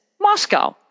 Moscow